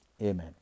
Amen